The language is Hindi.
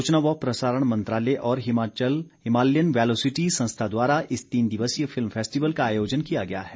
सूचना व प्रसारण मंत्रालय और हिमालयन वैलोसिटी संस्था द्वारा इस तीन दिवसीय फिल्म फेस्टिवल का आयोजन किया गया है